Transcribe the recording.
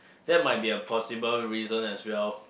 that might be a possible reason as well